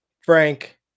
Frank